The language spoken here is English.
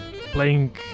playing